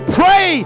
pray